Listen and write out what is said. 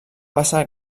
passar